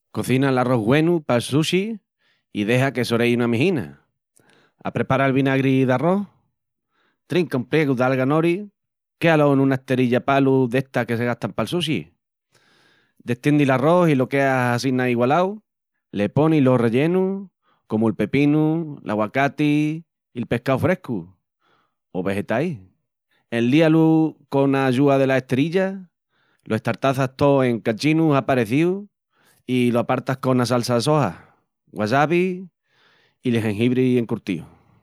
Cocina l'arrós güenu pal sushi i déxa que s'oréi una mijina, aprepara'l vinagri d'arrós, trinca un priegu d'alga nori, quéa-lu nuna esterilla palu d'estas que se gastan pal sushi, destiendi l'arrós i lo queas assina igualau, le ponis los rellenus comu'l pepinu, l'aguacati, i'l pescau frescu, o vegetais. Enlía-lu cona ayúa dela esterilla, lo estartaças tó en cachinus aparecíus i los apartas cona salsa soja, wasabi i'l jengibri encurtíu.